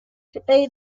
today